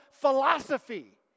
philosophy